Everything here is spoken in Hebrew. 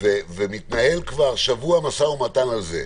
ומתנהל משא ומתן בנושא,